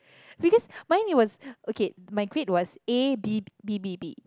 because mine it was okay my grade was A B B B B